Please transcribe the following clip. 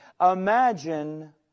Imagine